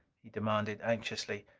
he demanded anxiously.